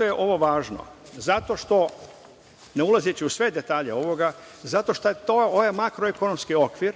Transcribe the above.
je ovo važno? Zato što ne ulazeći u sve detalje ovoga, zato što ovaj makro-ekonomski okvir